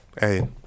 Hey